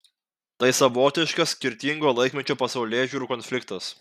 tai savotiškas skirtingo laikmečio pasaulėžiūrų konfliktas